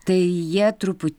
tai jie truput